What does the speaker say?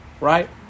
right